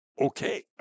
okay